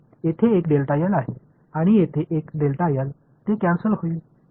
येथे एक आहे आणि येथे एक ते कॅन्सल होतील